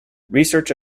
research